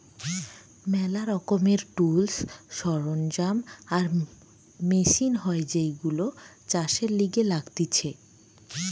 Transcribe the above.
ম্যালা রকমের টুলস, সরঞ্জাম আর মেশিন হয় যেইগুলো চাষের লিগে লাগতিছে